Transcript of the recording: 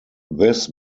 this